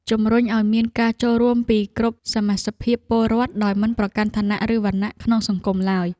ជំរុញឱ្យមានការចូលរួមពីគ្រប់សមាសភាពពលរដ្ឋដោយមិនប្រកាន់ឋានៈ ឬវណ្ណៈក្នុងសង្គមឡើយ។